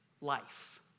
life